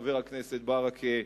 חבר הכנסת ברכה,